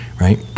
right